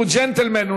הוא ג'נטלמן.